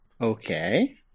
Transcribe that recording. Okay